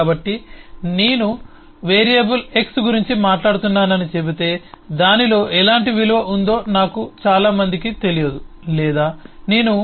కాబట్టి నేను variable x గురించి మాట్లాడుతున్నానని చెబితే దానిలో ఎలాంటి విలువ ఉందో నాకు చాలా మందికి తెలియదు లేదా నేను 2